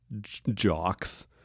jocks